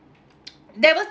never